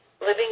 living